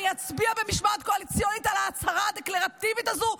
אני אצביע בשל המשמעת הקואליציונית על ההצהרה הדקלרטיבית הזו,